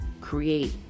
create